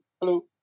hello